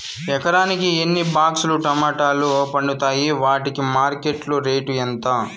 ఎకరాకి ఎన్ని బాక్స్ లు టమోటాలు పండుతాయి వాటికి మార్కెట్లో రేటు ఎంత?